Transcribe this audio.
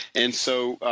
and so,